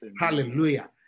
Hallelujah